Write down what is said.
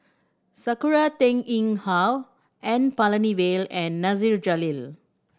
Sakura Teng Ying Hua N Palanivelu and Nasir Jalil